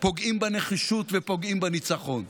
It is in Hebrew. פוגעים בנחישות ופוגעים בניצחון.